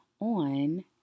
on